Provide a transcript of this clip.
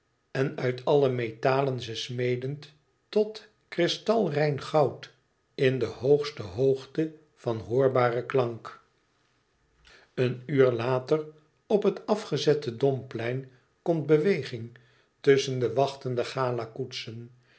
en uit alle metalen ze smedend tot kristalrein goud in de hoogste hoogte van hoorbaren klank een uur later op het afgezette domplein komt beweging tusschen de wachtende